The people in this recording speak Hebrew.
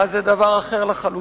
זה דבר אחר לחלוטין.